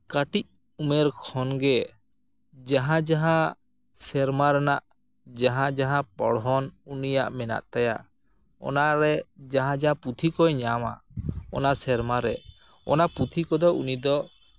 ᱠᱟᱹᱴᱤᱡ ᱩᱢᱮᱨ ᱠᱷᱚᱱᱜᱮ ᱡᱟᱦᱟᱸ ᱡᱟᱦᱟᱸ ᱥᱮᱨᱢᱟ ᱨᱮᱱᱟᱜ ᱡᱟᱦᱟᱸ ᱡᱟᱦᱟᱸ ᱯᱚᱲᱦᱚᱱ ᱩᱱᱤᱭᱟᱜ ᱢᱮᱱᱟᱜ ᱛᱟᱭᱟ ᱚᱱᱟᱨᱮ ᱡᱟᱦᱟᱸ ᱡᱟᱦᱟᱸ ᱯᱩᱛᱷᱤ ᱠᱚᱭ ᱧᱟᱢᱟ ᱚᱱᱟ ᱥᱮᱨᱢᱟ ᱨᱮ ᱚᱱᱟ ᱯᱩᱛᱷᱤ ᱠᱚᱫᱚ ᱩᱱᱤ ᱫᱚ